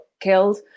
killed